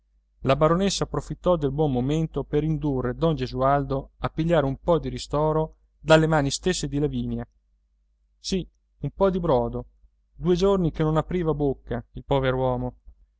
la baronessa approfittò del buon momento per indurre don gesualdo a pigliare un po di ristoro dalle mani stesse di lavinia sì un po di brodo due giorni che non apriva bocca il pover'uomo come